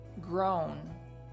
grown